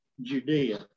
Judea